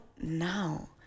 now